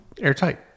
airtight